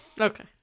Okay